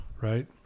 Right